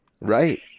Right